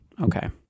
Okay